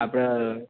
આપણે